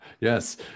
Yes